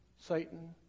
Satan